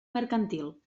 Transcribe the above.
mercantil